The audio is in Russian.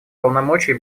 полномочий